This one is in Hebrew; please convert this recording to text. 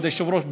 כבוד היושב-ראש,